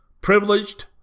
privileged